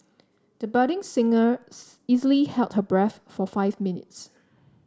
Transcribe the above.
the budding singer easily held her breath for five minutes